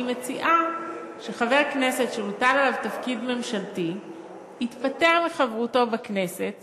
היא מציעה שחבר כנסת שהוטל עליו תפקיד ממשלתי יתפטר מחברותו בכנסת